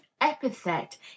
epithet